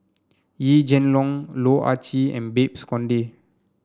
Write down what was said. Yee Jenn Long Loh Ah Chee and Babes Conde